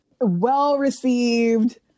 well-received